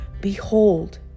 behold